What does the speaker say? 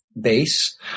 base